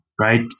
right